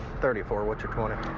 thirty four, what's your twenty?